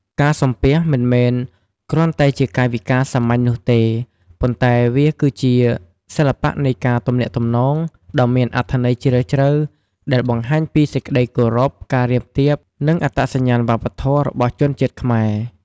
ការសំពះមិនមែនគ្រាន់តែជាកាយវិការសាមញ្ញនោះទេ ប៉ុន្តែវាគឺជា សិល្បៈនៃការទំនាក់ទំនង ដ៏មានអត្ថន័យជ្រាលជ្រៅ ដែលបង្ហាញពី សេចក្ដីគោរព ភាពរាបទាប និងអត្តសញ្ញាណវប្បធម៌ របស់ជនជាតិខ្មែរ។